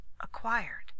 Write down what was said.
acquired